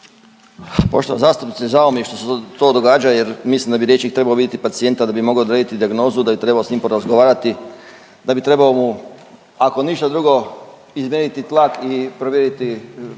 Poštovana zastupnice žao mi je što se to događa jer mislim da bi liječnik trebao vidjeti pacijenta da bi mogao odrediti dijagnozu, da bi trebao s njim porazgovarati, da bi trebao mu ako ništa drugo izmjeriti tlak i provjeriti